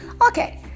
Okay